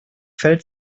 fällt